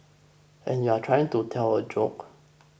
and you're trying to tell a joke